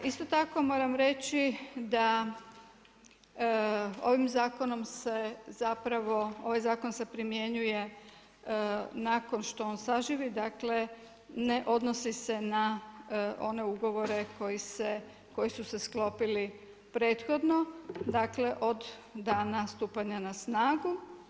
Isto tako moram reći, da ovim zakonom se zapravo, ovaj zakon se primjenjuje nakon što on saživi, dakle, ne odnosi se na one ugovore koji su se sklopili prethodnom, dakle od dana stupanja na snagu.